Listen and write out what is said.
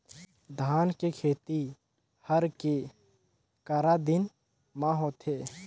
धान के खेती हर के करा दिन म होथे?